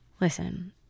listen